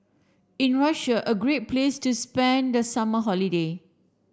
is Russia a great place to spend the summer holiday